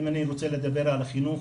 אם אני רוצה לדבר על החינוך,